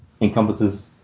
encompasses